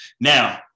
Now